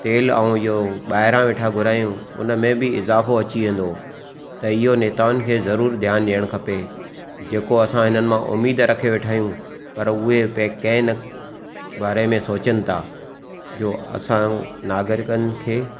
तेल ऐं इओ ॿाहिरां वेठा घुरायूं हुन में बि इजाफ़ो अची वेंदो त इहो नेताउनि खे ज़रूर ध्यान ॾियणु खपे जेको असां हिननि मां उमेद रखियो वेठा आहियूं पर उहे के न बारे में सोचनि था जो असां नागरिकनि खे